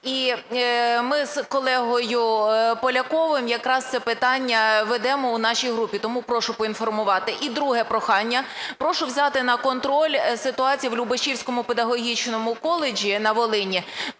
І ми з колегою Поляковим якраз це питання ведемо у нашій групі. Тому прошу поінформувати. І друге прохання. Прошу взяти на контроль ситуацію в Любешівському педагогічному коледжі на Волині.